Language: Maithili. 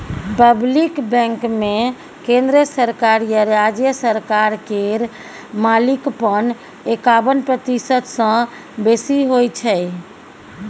पब्लिक बैंकमे केंद्र सरकार या राज्य सरकार केर मालिकपन एकाबन प्रतिशत सँ बेसी होइ छै